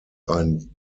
ein